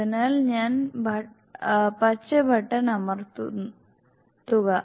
അതിനാൽ ഞാൻ പച്ച ബട്ടൺ അമർത്തുക